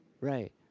Right